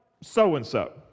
so-and-so